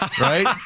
right